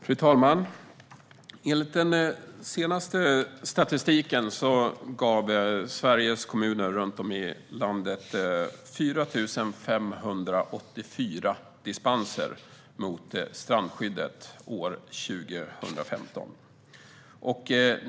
Fru talman! Enligt den senaste statistiken gav Sveriges kommuner runt om i landet 4 584 dispenser från strandskyddet år 2015.